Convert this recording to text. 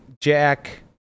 jack